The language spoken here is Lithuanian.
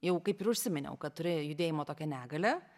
jau kaip ir užsiminiau kad turi judėjimo tokią negalią